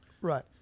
right